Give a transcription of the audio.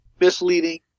misleading